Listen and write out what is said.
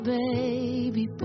baby